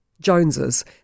Joneses